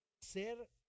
ser